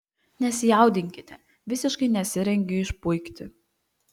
nesijaudinkite visiškai nesirengiu išpuikti